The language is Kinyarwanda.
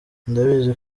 ndabizi